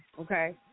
okay